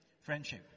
friendship